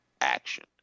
action